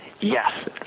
Yes